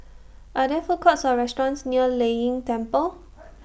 Are There Food Courts Or restaurants near Lei Yin Temple